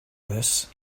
this